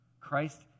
Christ